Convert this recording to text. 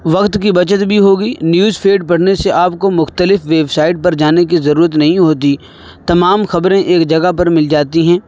وقت کی بچت بھی ہوگی نیوز فیڈ پڑھنے سے آپ کو مختلف ویب سائٹ پر جانے کی ضرورت نہیں ہوتی تمام خبریں ایک جگہ پر مل جاتی ہیں